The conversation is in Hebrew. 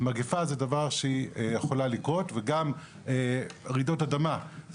מגפה זה דבר שיכולה לקרות וגם רעידות אדמה,